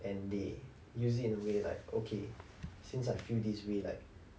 and they usually never really like okay since I feel this way like